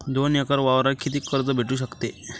दोन एकर वावरावर कितीक कर्ज भेटू शकते?